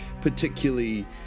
particularly